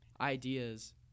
ideas